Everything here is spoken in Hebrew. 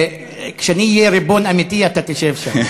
כשאני אהיה ריבון אמיתי אתה תשב שם.